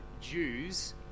Jews